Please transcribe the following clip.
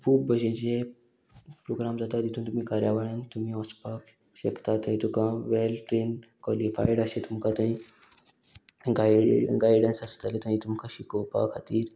खूब भशेचे प्रोग्राम जाता तितून तुमी कार्यावळीन तुमी वचपाक शकता थंय तुका वेल ट्रेन क्वॉलिफायड अशें तुमकां थंय गाय गायडन्स आसतलें थंय तुमकां शिकोवपा खातीर